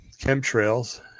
chemtrails